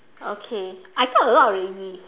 okay I talked a lot already